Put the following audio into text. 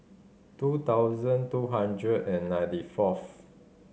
two thousand two hundred and ninety fourth